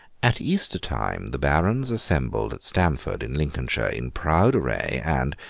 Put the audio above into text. at easter-time, the barons assembled at stamford, in lincolnshire, in proud array, and,